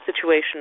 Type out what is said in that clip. situation